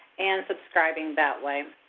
and subscribing that way.